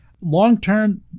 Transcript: Long-term